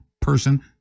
person